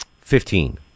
Fifteen